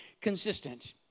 consistent